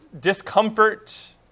discomfort